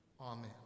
Amen